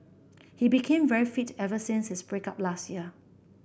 he became very fit ever since his break up last year